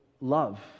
love